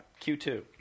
Q2